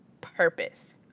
purpose